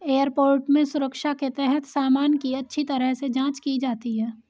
airport में सुरक्षा के तहत सामान की अच्छी तरह से जांच की जाती है